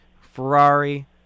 Ferrari